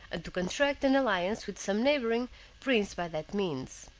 and to contract an alliance with some neighboring prince by that means.